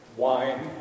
wine